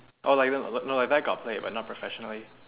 oh like no like got play but not professionally